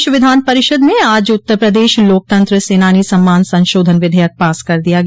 प्रदेश विधान परिषद में आज उत्तर प्रदेश लोकतंत्र सेनानी सम्मान संशोधन विधेयक पास कर दिया गया